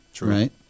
right